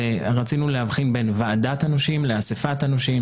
ורצינו להבחין בין ועדת הנושים לאסיפת הנושים,